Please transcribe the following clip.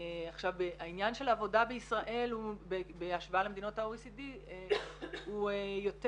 העניין של עבודה בישראל בהשוואה למדינות ה-OECD הוא יותר